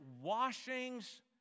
washings